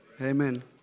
Amen